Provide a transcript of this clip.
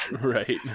Right